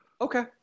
Okay